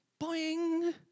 boing